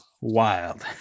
Wild